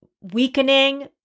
weakening